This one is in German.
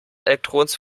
elektrons